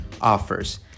offers